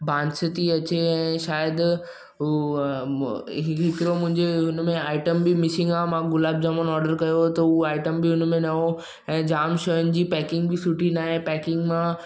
बांस थी अचे ऐं शायदि उहो हिकिड़ो मुंहिंजे हुन में आइटम बि मिसिंग आहे मां गुलाब जामुन ऑडर कयो हुओ त उहो आइटम बि हुन में न हो ऐं जाम शयुनि जी पेकिंग बि सुठी नाहे पेकिंग मां